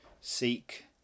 seek